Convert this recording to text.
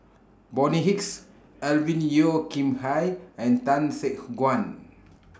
Bonny Hicks Alvin Yeo Khirn Hai and Tan Guan